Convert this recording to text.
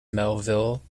melville